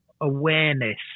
awareness